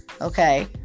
Okay